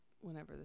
whenever